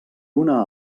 una